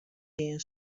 gean